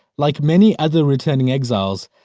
like many other returning exiles,